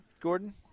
Gordon